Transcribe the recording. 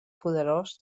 poderós